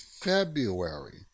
February